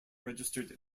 registered